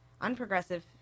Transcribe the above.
unprogressive